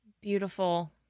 Beautiful